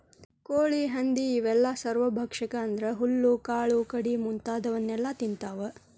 ಕೋಳಿ ಹಂದಿ ಇವೆಲ್ಲ ಸರ್ವಭಕ್ಷಕ ಅಂದ್ರ ಹುಲ್ಲು ಕಾಳು ಕಡಿ ಮುಂತಾದವನ್ನೆಲ ತಿಂತಾವ